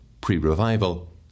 pre-revival